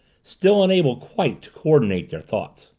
still unable quite to co-ordinate their thoughts.